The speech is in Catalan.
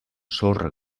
sorra